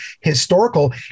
historical